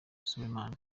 suleiman